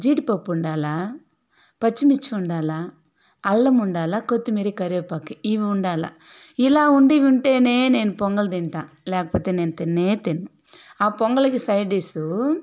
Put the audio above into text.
జీడిపప్పు ఉండాల పచ్చిమిర్చి ఉండాల అల్లం ఉండాల కొత్తిమీర కరేపాకు ఇవి ఉండాల ఇలా ఉండి ఉంటేనే నేను పొంగల్ తింటా లేకపోతే నేను తిన్నే తిన్ను ఆ పొంగల్కి సైడ్ డిష్షు